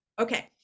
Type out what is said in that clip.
okay